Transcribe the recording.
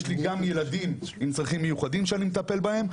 יש לי גם ילדים עם צרכים מיוחדים שאני מטפל בהם.